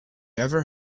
ever